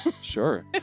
Sure